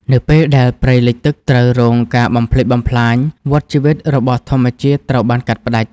នៅពេលដែលព្រៃលិចទឹកត្រូវរងការបំផ្លិចបំផ្លាញ វដ្តជីវិតរបស់ធម្មជាតិត្រូវបានកាត់ផ្ដាច់។